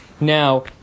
Now